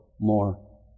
More